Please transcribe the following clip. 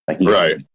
Right